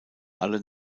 alle